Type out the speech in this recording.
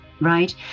Right